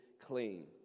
clean